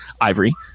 ivory –